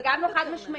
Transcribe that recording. זה גם לא חד משמעי,